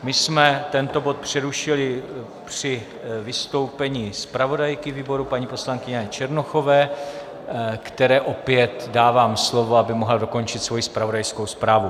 My jsme tento bod přerušili při vystoupení zpravodajky výboru, paní poslankyně Jany Černochové, které opět dávám slovo, aby mohla dokončit svoji zpravodajskou zprávu.